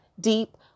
deep